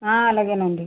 అలాగేను అండి